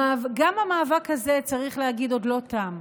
גם המאבק הזה, צריך להגיד, עוד לא תם.